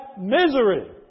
misery